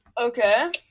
Okay